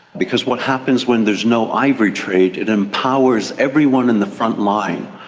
because what happens when there is no ivory trade, it empowers everyone in the front line.